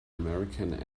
american